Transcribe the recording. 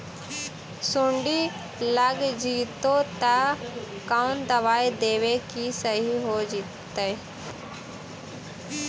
सुंडी लग जितै त कोन दबाइ देबै कि सही हो जितै?